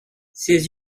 ses